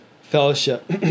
fellowship